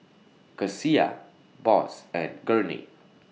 Kecia Boss and Gurney